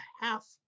half